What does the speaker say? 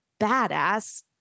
badass